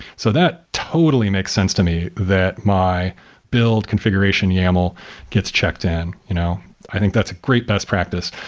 so that totally makes sense to me that my build configuration yaml gets checked in. you know i think that's a great best practice.